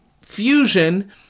fusion